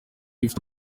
ifite